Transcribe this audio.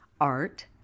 art